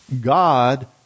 God